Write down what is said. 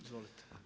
Izvolite.